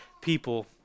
people